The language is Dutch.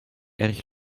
erg